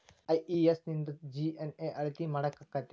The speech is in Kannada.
ಐ.ಇ.ಎಸ್ ನಿಂದ ಜಿ.ಎನ್.ಐ ಅಳತಿ ಮಾಡಾಕಕ್ಕೆತಿ?